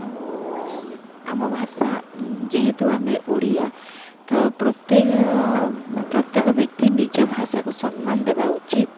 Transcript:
ଆଉ ଆମ ଭାଷା ଯେହେତୁ ଆମେ ଓଡ଼ିଆ ତ ପ୍ରତ୍ୟେକ ପ୍ରତ୍ୟେକ ବ୍ୟକ୍ତି ନିଜ ଭାଷାକୁ ସମ୍ମାନ ଦେବା ଉଚିତ